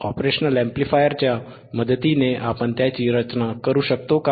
आणि ऑपरेशनल अॅम्प्लिफायरच्या मदतीने आपण त्याची रचना करू शकतो का